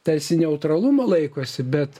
tarsi neutralumo laikosi bet